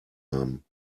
haben